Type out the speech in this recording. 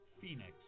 Phoenix